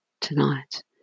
tonight